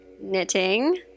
Knitting